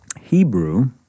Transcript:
Hebrew